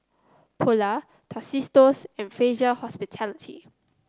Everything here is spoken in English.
Polar Tostitos and Fraser Hospitality